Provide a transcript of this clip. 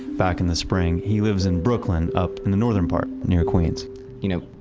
back in the spring. he lives in brooklyn up in the northern part near queens you know.